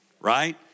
right